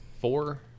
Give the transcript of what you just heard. four